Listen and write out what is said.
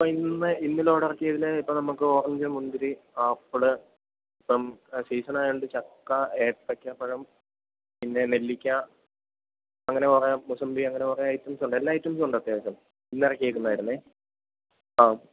ഇപ്പോള് ഇന്ന് ഇന്ന് ലോഡിറക്കിയതില് ഇപ്പോള് നമുക്ക് ഓറഞ്ച് മുന്തിരി ആപ്പിള് ഇപ്പം സീസണായതുകൊണ്ട് ചക്ക ഏത്തയ്ക്കാപ്പഴം പിന്നെ നെല്ലിക്കാ അങ്ങനെ കുറേ മുസംബി അങ്ങനെ കുറേ ഐറ്റംസുണ്ട് എല്ലാ ഐറ്റംസുമുണ്ട് അത്യാവശ്യം ഇന്നിറക്കിയതായിരുന്നു ആ